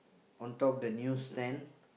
on top the news stand